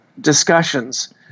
discussions